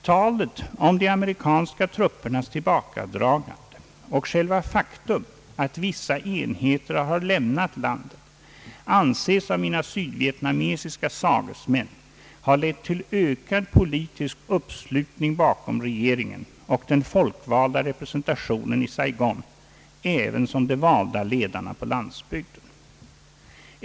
Talet om de amerikanska truppernas tillbakadragande och själva faktum att vissa enheter har lämnat landet anses av mina sydvietnamesiska sagesmän ha lett till ökad politisk uppslutning bakom regeringen och den folkvalda representationen i Saigon ävensom de valda ledarna på landsbygden.